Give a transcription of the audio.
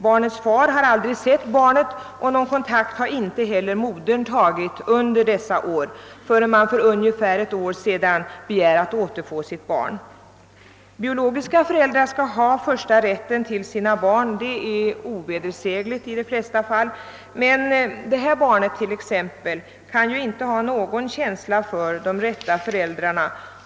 Barnets far hade aldrig sett barnet, och någon kontakt hade inte heller modern tagit under dessa år, förrän man för ungefär ett år sedan begärde att återfå barnet. Biologiska föräldrar skall ha första rätten till sina barn — det är ovedersägligt i de flesta fall — men barnen kan ju i sådana här fall inte ha någon känsla för de rätta föräldrarna.